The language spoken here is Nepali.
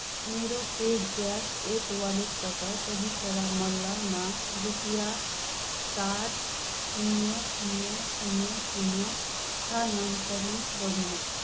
मेरो पेज्याप एप वालेटबाट तगिसरा मल्लमा रुपिँया सात शून्य शून्य शून्य शून्य स्थानान्तरण गर्नुहोस्